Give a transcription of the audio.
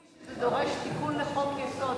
זה דורש תיקון לחוק-יסוד.